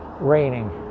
raining